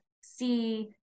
see